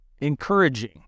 encouraging